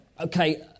okay